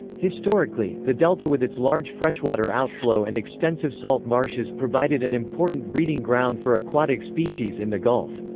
historically, the delta with its large freshwater outflow and extensive salt marshes provided an important breeding ground for aquatic species in the gulf.